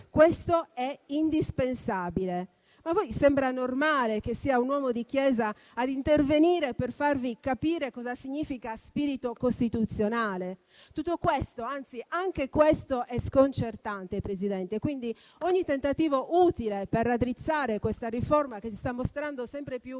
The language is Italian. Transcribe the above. «questo è indispensabile». Ma a voi sembra normale che sia un uomo di chiesa ad intervenire per farvi capire cosa significa spirito costituzionale? Tutto questo, anzi anche questo è sconcertante, Presidente; quindi ogni tentativo utile per raddrizzare questa riforma che si sta mostrando sempre più storta,